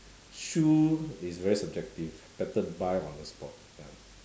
shoe is very subjective better buy on the spot ya